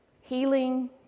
healing